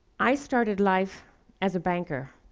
i started life as a banker.